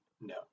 no